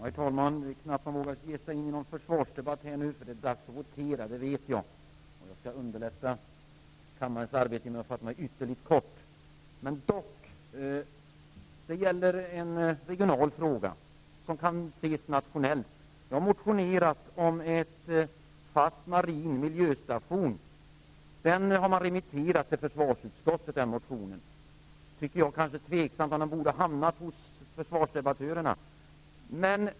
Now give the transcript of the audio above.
Herr talman! Det är knappt man vågar ge sig in i någon försvarsdebatt nu, eftersom det är dags att votera. Jag skall därför underlätta kammarens arbete genom att fatta mig ytterligt kort. Jag vill ta upp en regional fråga, som kan ses nationellt. Jag har motionerat om en fast marin miljöstation. Min motion har remitterats till försvarsutskottet. Jag är osäker på om den egentligen borde ha hamnat hos försvarsdebattörerna.